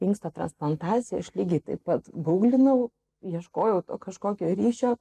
inksto transplantacija aš lygiai taip pat gūglinau ieškojau kažkokio ryšio